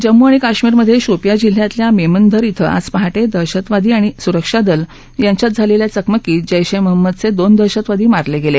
जम्मू आणि कश्मीरमधे शोपियाँ जिल्ह्यातल्या मेमंधर क्वे आज पहाटे दहशतवादी आणि सुरक्षा दल यांच्यात झालेल्या चकमकीत जैश ामहम्मदचे दोन दहशतवादी मारले गेले